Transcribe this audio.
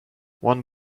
one